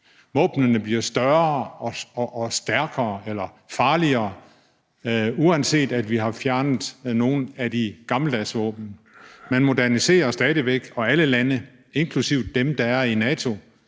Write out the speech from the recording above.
Våbnene bliver større og farligere, uanset at vi har fjernet nogle af de gammeldags våben. Man moderniserer stadig væk, og alle lande, inklusive dem, der er i NATO,